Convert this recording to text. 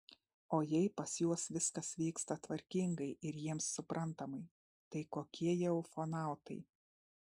o jei pas juos viskas vyksta tvarkingai ir jiems suprantamai tai kokie jie ufonautai